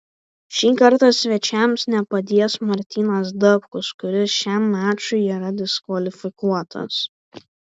šį kartą svečiams nepadės martynas dapkus kuris šiam mačui yra diskvalifikuotas